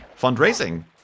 Fundraising